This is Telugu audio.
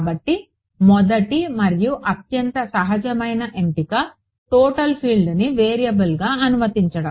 కాబట్టి మొదటి మరియు అత్యంత సహజమైన ఎంపిక టోటల్ ఫీల్డ్ని వేరియబుల్గా అనుమతించడం